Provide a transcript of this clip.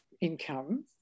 income